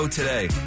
today